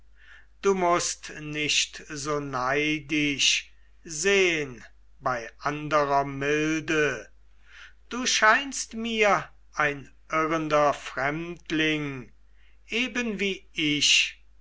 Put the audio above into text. du mußt nicht so neidisch sehn bei anderer milde du scheinst mir ein irrender fremdling eben wie ich